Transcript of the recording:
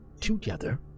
together